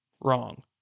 Wrong